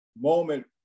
moment